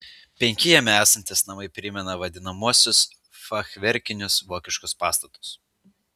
penki jame esantys namai primena vadinamuosius fachverkinius vokiškus pastatus